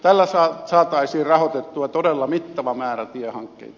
tällä saataisiin rahoitettua todella mittava määrä tiehankkeita